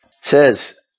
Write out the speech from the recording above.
Says